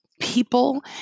people